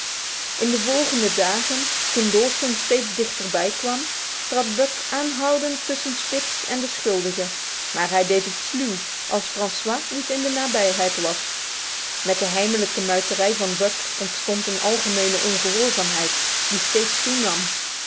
in de volgende dagen toen dawson steeds dichterbij kwam trad buck aanhoudend tussen spitz en de schuldigen maar hij deed het sluw als francois niet in de nabijheid was met de heimelijke muiterij van buck ontstond een algemene ongehoorzaamheid die steeds toenam